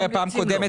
בפעם הקודמת,